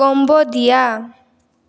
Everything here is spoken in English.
Cambodia